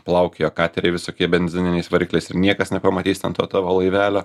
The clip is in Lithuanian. plaukioja kateriai visokie benzininiais varikliais ir niekas nepamatys ten to tavo laivelio